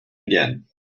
again